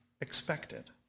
expected